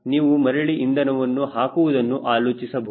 ನೀವು ಮರಳಿ ಇಂಧನವನ್ನು ಹಾಕುವುದನ್ನು ಆಲೋಚಿಸಬಹುದು